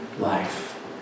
life